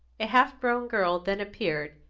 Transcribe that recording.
a half-grown girl then appeared,